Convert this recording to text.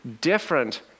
different